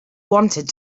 wanted